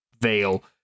veil